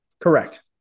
Correct